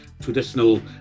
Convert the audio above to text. traditional